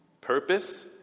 purpose